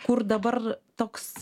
kur dabar toks